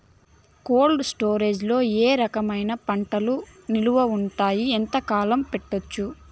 Cold storage లో ఏ రకమైన పంటలు నిలువ ఉంటాయి, ఎంతకాలం పెట్టొచ్చు?